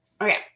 Okay